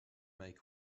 make